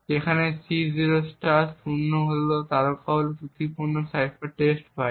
যেখানে C0 শূন্য তারকা হল ত্রুটিপূর্ণ সাইফার টেক্সট বাইট